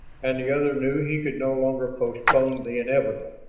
and the other knew he could no longer postpone the inevitable.